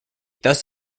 thus